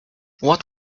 what